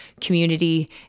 community